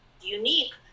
unique